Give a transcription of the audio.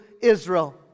Israel